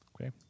Okay